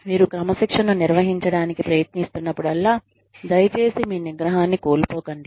మీరు క్రమశిక్షణను నిర్వహించడానికి ప్రయత్నిస్తున్నప్పుడల్లా దయచేసి మీ నిగ్రహాన్ని కోల్పోకండి